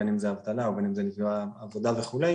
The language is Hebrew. בין אם זה אבטלה ובין אם זה נפגע עבודה וכו',